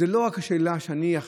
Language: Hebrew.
זאת לא רק השאלה של החייל,